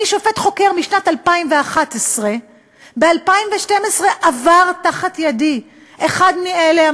אני שופט חוקר משנת 2011. ב-2012 עבר תחת ידי אחד מאלה,